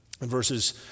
verses